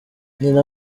nyina